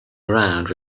around